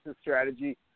strategy